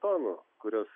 tonų kurios